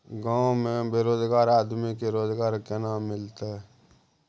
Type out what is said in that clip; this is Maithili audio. गांव में बेरोजगार आदमी के रोजगार केना मिलते?